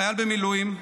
חייל במילואים,